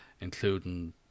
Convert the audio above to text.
including